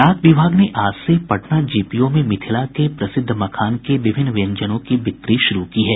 डाक विभाग ने आज से पटना जीपीओ में मिथिला के प्रसिद्ध मखान के विभिन्न व्यंजनों की बिक्री शुरू की है